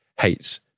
hates